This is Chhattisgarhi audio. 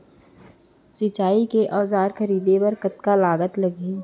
सिंचाई के औजार खरीदे बर कतका लागत लागही?